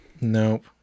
Nope